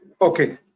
Okay